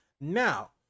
Now